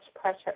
pressure